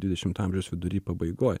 dvidešimto amžiaus vidury pabaigoj